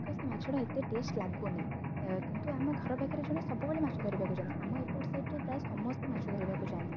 ତ ସେ ମାଛଟା ଏତେ ଟେଷ୍ଟ୍ ଲାଗୁନି କିନ୍ତୁ ଆମ ଘର ପାଖରେ ଜଣେ ସବୁବେଳେ ମାଛ ଧରିବାକୁ ଯାଆନ୍ତି ଆମ ଏପଟ ସାଇଡ଼୍ରେ ପ୍ରାୟ ସମସ୍ତେ ମାଛ ଧରିବାକୁ ଯାଆନ୍ତି